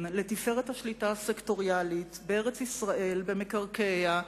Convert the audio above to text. לתפארת השליטה הסקטוריאלית בארץ-ישראל ובמקרקעיה,